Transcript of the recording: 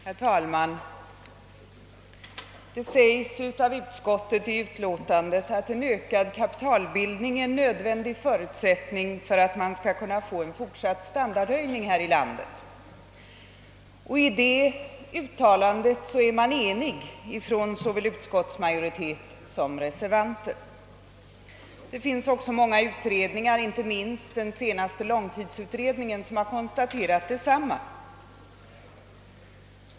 Herr talman! Utskottet säger i sitt betänkande att en ökad kapitalbildning är en nödvändig förutsättning för att man skall kunna få en fortsatt standardhöjning här i landet. Om detta uttalande är utskottsmajoriteten och reservanterna eniga. Åtskilliga utredningar — inte minst den senaste långtidsutredningen — har också konstaterat detsamma.